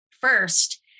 first